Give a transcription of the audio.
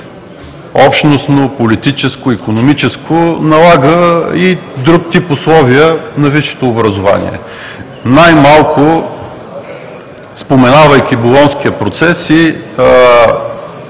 общностно, политическо, икономическо, налага и друг тип условия на висшето образование, най-малко споменавайки Болонския процес и